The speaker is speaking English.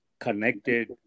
connected